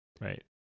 right